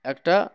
একটা